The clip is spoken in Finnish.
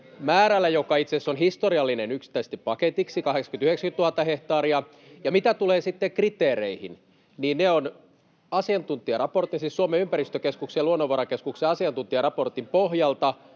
näin!] joka itse asiassa on historiallinen yksittäiseksi paketiksi, 80 000—90 000 hehtaaria. Mitä tulee sitten kriteereihin, niin ne on Suomen ympäristökeskuksen ja Luonnonvarakeskuksen asiantuntijaraportin pohjalta